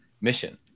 mission